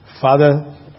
Father